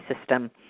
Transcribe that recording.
system